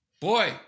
boy